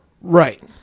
Right